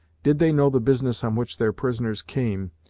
did they know the business on which their prisoners came,